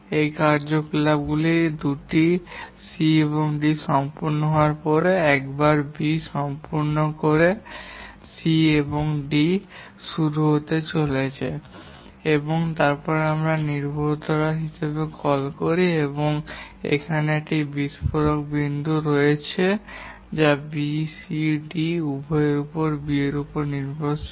এই ক্রিয়াকলাপটি এই দুটি C এবং D সম্পূর্ণ করার পরে একবার B সম্পূর্ণ করে C এবং D শুরু হতে পারে এবং আমরা নির্ভরতা হিসাবে কল করি এবং এখানে একটি বিস্ফোরিত বিন্দু রয়েছে যা B C এবং D উভয়ের B এর উপর নির্ভরশীল